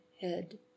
head